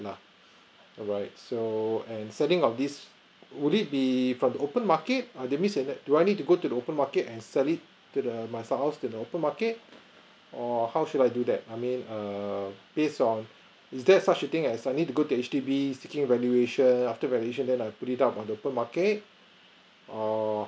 lah alright so and selling off this would it be from the open market that's mean that do I need to go to the open market and sell it to the my house in the open market or how should I do that I mean err based on is that for sure thing that I need to go to H_D_B taking valuation after valuation then I put it up to the open market or